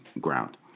ground